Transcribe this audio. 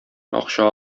акча